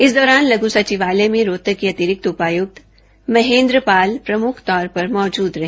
इस दौरान लघु सचिवालय में रोहतक के अतिरिक्त उपायुक्त महेंद्रपाल प्रमुख तौर पर मौजूद रहे